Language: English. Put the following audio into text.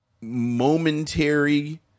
momentary